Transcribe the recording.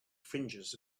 fringes